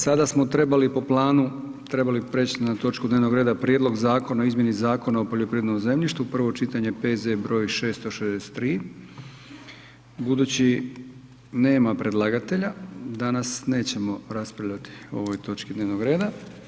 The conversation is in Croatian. Sada smo trebali po planu trebali preć na točku dnevnog reda Prijedlog zakona o izmjeni Zakon o poljoprivrednom zemljištu, prvo čitanje, P.Z. br. 663, budući nema predlagatelja, danas nećemo raspravljati o ovoj točki dnevnog reda.